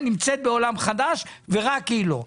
היא נמצאת בעולם חדש ורק היא לא.